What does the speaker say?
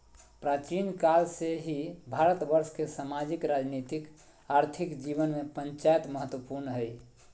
प्राचीन काल से ही भारतवर्ष के सामाजिक, राजनीतिक, आर्थिक जीवन में पंचायत महत्वपूर्ण हइ